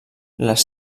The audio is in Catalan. les